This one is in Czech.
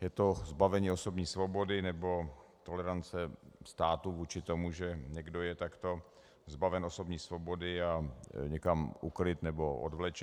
Je to zbavení osobní svobody nebo tolerance států vůči tomu, že někdo je takto zbaven osobní svobody a někam ukryt nebo odvlečen.